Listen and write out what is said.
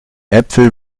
äpfel